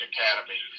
Academy